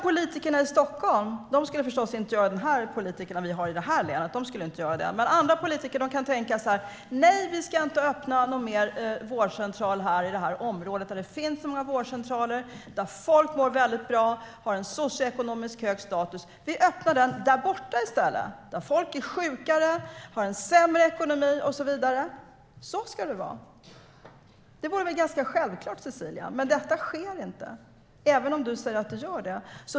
Politikerna i det här länet skulle förstås inte tänka så, men andra politiker kan tänka så här: Nej, vi ska inte öppna någon mer vårdcentral i det området, där det finns så många vårdcentraler, där folk mår väldigt bra och har en socioekonomiskt hög status. Vi öppnar den i stället där folk är sjukare och har en sämre ekonomi och så vidare. Så ska det vara. Det vore väl ganska självklart, Cecilia. Men detta sker inte, även om du säger att det gör det.